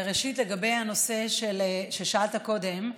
ראשית, לגבי בנושא ששאלת קודם,